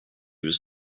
was